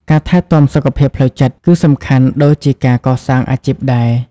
ការថែទាំសុខភាពផ្លូវចិត្ត គឺសំខាន់ដូចជាការកសាងអាជីពដែរ។